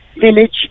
village